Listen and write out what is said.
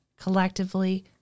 collectively